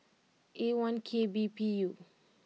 A one K B P U